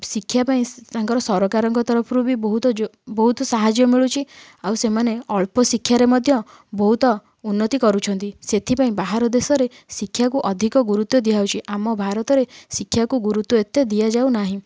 ଶିକ୍ଷା ପାଇଁ ତାଙ୍କର ସରକାରଙ୍କ ତରଫରୁ ବହୁତ ବହୁତ ସାହାଯ୍ୟ ମିଳୁଛି ଆଉ ସେମାନେ ଅଳ୍ପ ଶିକ୍ଷାରେ ମଧ୍ୟ ବହୁତ ଉନ୍ନତି କରୁଛନ୍ତି ସେଥିପାଇଁ ବାହାର ଦେଶରେ ଶିକ୍ଷାକୁ ଅଧିକ ଗୁରୁତ୍ୱ ଦିଆହେଉଛି ଆମ ଭାରତରେ ଶିକ୍ଷାକୁ ଗୁରୁତ୍ଵ ଏତେ ଦିଆଯାଉନାହିଁ